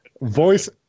voice